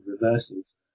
reverses